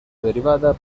derivada